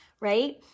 Right